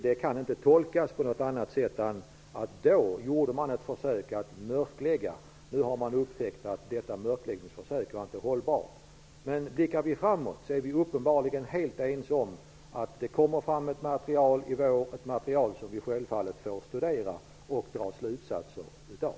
Det kan inte tolkas på något annat sätt än att man i utskottet då gjorde ett försök att mörklägga och att man nu har upptäckt att detta mörkläggningsförsök inte var hållbart. Vi är uppenbarligen ändå helt ense om att det i vår kommer fram ett material, ett material som vi självfallet får studera och dra slutsatser av.